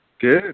Good